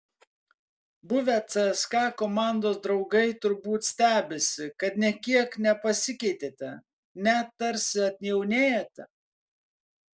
buvę cska komandos draugai turbūt stebisi kad nė kiek nepasikeitėte net tarsi atjaunėjote